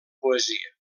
poesia